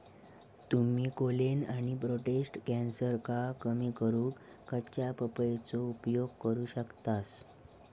तुम्ही कोलेन आणि प्रोटेस्ट कॅन्सरका कमी करूक कच्च्या पपयेचो उपयोग करू शकतास